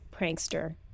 prankster